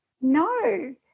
no